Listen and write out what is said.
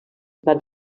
van